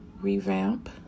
revamp